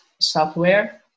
software